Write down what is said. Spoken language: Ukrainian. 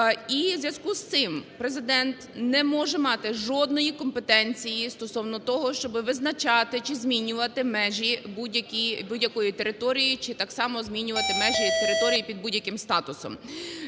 І у зв'язку з цим Президент не може мати жодної компетенції стосовно того, щоб визначати чи змінювати межі будь-якої території чи так само змінювати межі і території під будь-яким статусом.